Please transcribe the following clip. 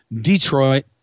Detroit